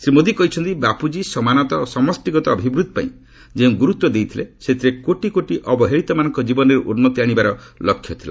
ଶ୍ରୀ ମୋଦି କହିଛନ୍ତି ବାପୁଜୀ ସମାନତା ଓ ସମଷ୍ଟିଗତ ଅଭିବୃଦ୍ଧି ପାଇଁ ଯେଉଁ ଗୁରୁତ୍ୱ ଦେଇଥିଲେ ସେଥିରେ କୋଟି କୋଟି ଅବହେଳିତମାନଙ୍କ ଜୀବନରେ ଉନ୍ନତି ଆଣିବାର ଲକ୍ଷ୍ୟ ଥିଲା